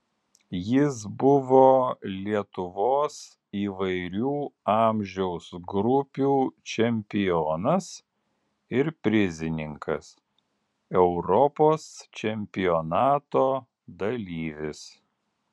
jis buvo lietuvos įvairių amžiaus grupių čempionas ir prizininkas europos čempionato dalyvis